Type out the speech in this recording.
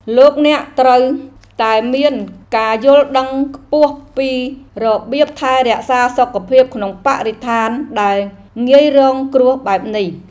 លោកអ្នកត្រូវតែមានការយល់ដឹងខ្ពស់ពីរបៀបថែរក្សាសុខភាពក្នុងបរិស្ថានដែលងាយរងគ្រោះបែបនេះ។